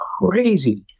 crazy